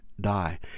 die